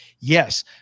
Yes